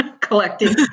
collecting